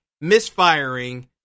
misfiring